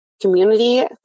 community